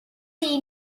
priodi